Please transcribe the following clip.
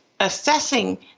assessing